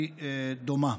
היא דומה.